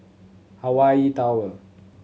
Hawaii Tower